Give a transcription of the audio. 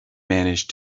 managed